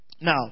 Now